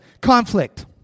conflict